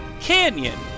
Canyon